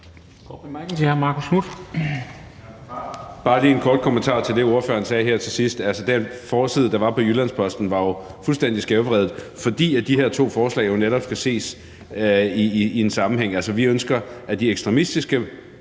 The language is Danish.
bare lige en kort kommentar til det, ordføreren sagde her til sidst. Altså, den forside, der var på Jyllands-Posten, var jo fuldstændig skævvredet, for de her to forslag skal jo netop ses i en sammenhæng. Altså, vi ønsker, at de ekstremistiske